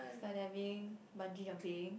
skydiving bungee jumping